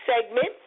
segment